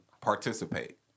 participate